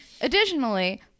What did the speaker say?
additionally